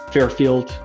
Fairfield